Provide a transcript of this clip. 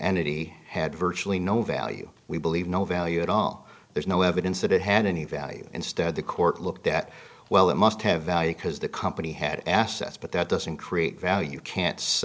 and he had virtually no value we believe no value at all there's no evidence that it had any value instead the court looked at well it must have value because the company had assets but that doesn't create value can't s